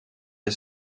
est